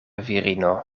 virino